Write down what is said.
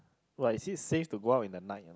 but is it safe to go out in the night